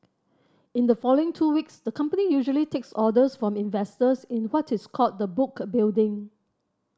in the following two weeks the company usually takes orders from investors in what is called the book building